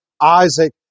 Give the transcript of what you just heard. Isaac